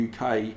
UK